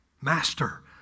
Master